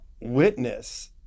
witness